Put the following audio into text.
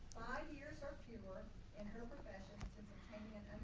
five years or fewer in her profession since obtaining an